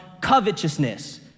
covetousness